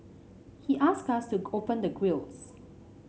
he asked us to open the grilles